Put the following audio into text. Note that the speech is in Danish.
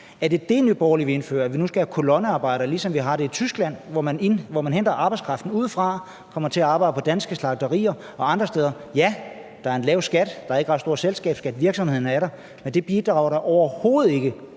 Borgerlige vil indføre, altså at vi nu skal have kolonnearbejdere, ligesom man har det i Tyskland, hvor man henter arbejdskraften udefra, og de kommer til at arbejde på danske slagterier og andre steder? Ja, der er en lav skat, der er ikke en ret stor selskabsskat, og virksomhederne er der. Men det bidrager da overhovedet ikke